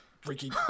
Freaky